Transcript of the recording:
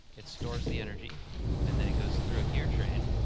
it stores the energy and then it goes through a gear train.